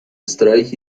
strike